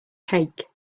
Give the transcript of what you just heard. cake